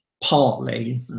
partly